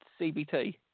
CBT